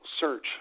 search